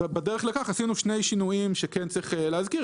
בדרך כך, עשינו שני שינויים שצריך להזכיר.